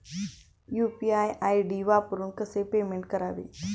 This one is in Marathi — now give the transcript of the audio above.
यु.पी.आय आय.डी वापरून कसे पेमेंट करावे?